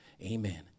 Amen